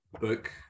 book